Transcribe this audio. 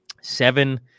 Seven